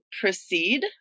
proceed